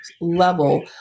level